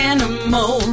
Animal